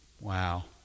Wow